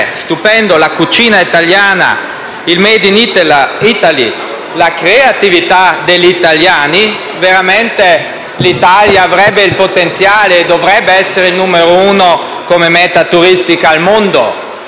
stupendo, alla cucina italiana, al *made in Italy*, alla creatività degli italiani, veramente l'Italia avrebbe il potenziale e dovrebbe essere il numero uno come meta turistica al mondo,